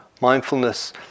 mindfulness